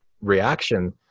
reaction